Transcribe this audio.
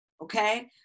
okay